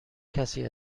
کسی